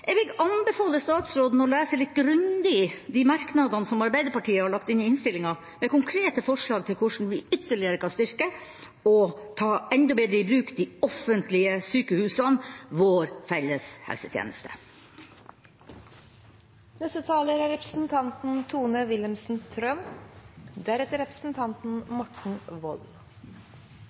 Jeg vil anbefale statsråden å lese litt grundig de merknadene som Arbeiderpartiet har lagt inn i innstillinga, med konkrete forslag til hvordan vi ytterligere kan styrke og ta enda bedre i bruk de offentlige sykehusene, vår felles